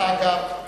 דרך אגב,